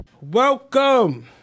welcome